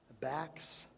Backs